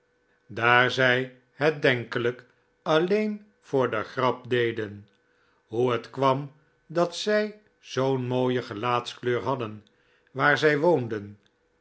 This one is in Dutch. daar zij het denkelyk alleen voor de grap deden hoe het kwam dat zij zoo'n mooie gelaatskleur hadden waarzij woonden